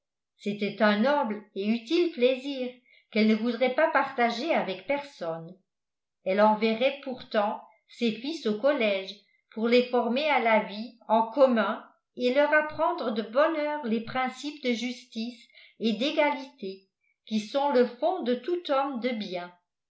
c'était un noble et utile plaisir qu'elle ne voudrait pas partager avec personne elle enverrait pourtant ses fils au collège pour les former à la vie en commun et leur apprendre de bonne heure les principes de justice et d'égalité qui sont le fond de tout homme de bien